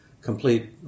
complete